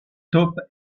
taupe